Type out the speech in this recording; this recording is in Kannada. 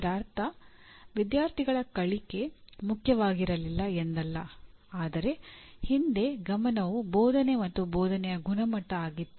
ಇದರ ಅರ್ಥ ವಿದ್ಯಾರ್ಥಿಗಳ ಕಲಿಕೆ ಮುಖ್ಯವಾಗಿರಲಿಲ್ಲ ಎಂದಲ್ಲ ಆದರೆ ಹಿಂದೆ ಗಮನವು ಬೋಧನೆ ಮತ್ತು ಬೋಧನೆಯ ಗುಣಮಟ್ಟ ಆಗಿತ್ತು